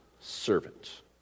servant